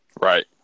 Right